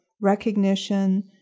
recognition